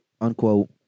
unquote